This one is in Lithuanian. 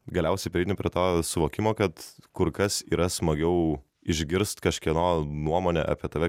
galiausiai prieini prie to suvokimo kad kur kas yra smagiau išgirst kažkieno nuomonę apie tave